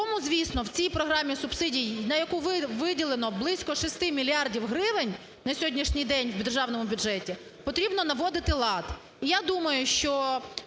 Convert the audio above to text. Тому, звісно, в цій програмі субсидій, на яку виділено близько 6 мільярдів гривень на сьогоднішній день в державному бюджеті, потрібно наводити лад. Я думаю, що